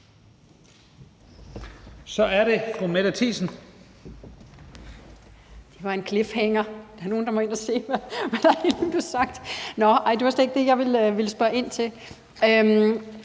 Kl. 15:43 Mette Thiesen (DF): Det var en cliffhanger. Der er nogle, der må ind og se, hvad der lige blev sagt. Men det var slet ikke det, jeg ville spørge ind til.